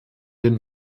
den